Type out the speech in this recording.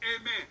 Amen